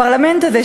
הפרלמנט הזה,